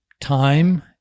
time